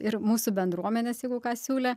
ir mūsų bendruomenės jeigu ką siūlė